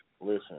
Listen